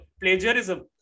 plagiarism